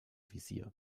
visier